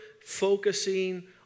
focusing